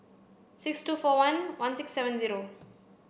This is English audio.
six two four one one six seven zero